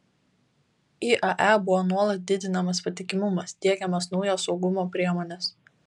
iae buvo nuolat didinamas patikimumas diegiamos naujos saugumo priemonės